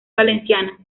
valenciana